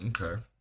Okay